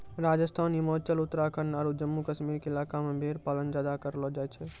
राजस्थान, हिमाचल, उत्तराखंड आरो जम्मू कश्मीर के इलाका मॅ भेड़ पालन ज्यादा करलो जाय छै